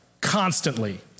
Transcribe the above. constantly